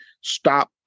stop